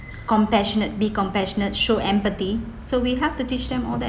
compassionate be compassionate show empathy so we have to teach them all that